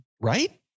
right